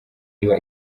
iba